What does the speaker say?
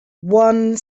one